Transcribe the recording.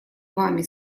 вами